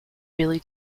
billy